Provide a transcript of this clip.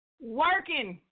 working